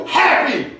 happy